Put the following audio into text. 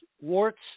warts